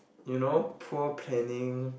you know poor planning